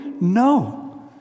No